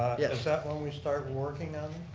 yeah is that when we start working on